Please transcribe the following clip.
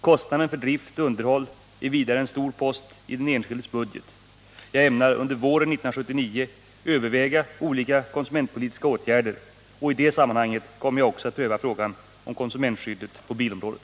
Kostnaden för drift och underhåll är vidare en stor post i den enskildes budget. Jag ämnar under våren 1979 överväga olika konsumentpolitiska åtgärder. I det sammanhanget kommer jag också att pröva frågan om konsumentskyddet på bilområdet.